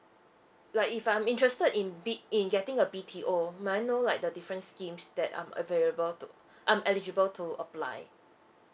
like if I'm interested in bid in getting a B_T_O may I know like the different schemes that I'm available to I'm eligible to apply